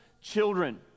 children